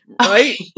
Right